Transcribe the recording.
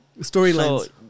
storylines